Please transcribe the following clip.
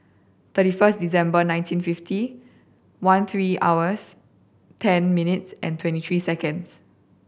thirty first December nineteen fifty one three hours ten minutes and twenty three seconds